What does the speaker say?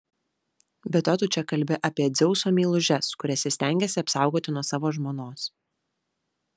be to tu čia kalbi apie dzeuso meilužes kurias jis stengėsi apsaugoti nuo savo žmonos